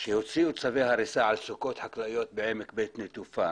עת הוציאו צווי הריסה על סוכות חקלאיות בעמק בית נטופה.